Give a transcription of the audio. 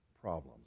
problems